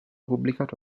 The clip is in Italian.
pubblicato